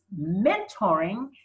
Mentoring